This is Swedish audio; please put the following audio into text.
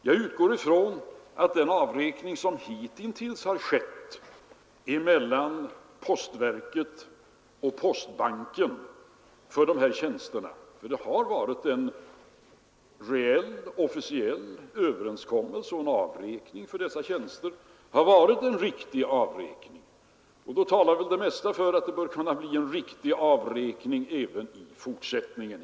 Jag utgår från att den avräkning som hitintills har skett mellan postverket och postbanken för de här tjänsterna — för det har varit en reell, officiell överenskommelse om avräkning för desså tjänster — har varit en riktig avräkning. Då talar väl det mesta för att det kan bli en riktig avräkning även i fortsättningen.